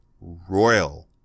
royal